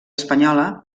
espanyola